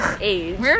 Age